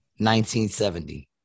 1970